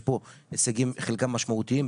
יש פה הישגים שחלקם משמעותיים,